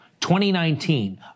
2019